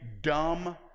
dumb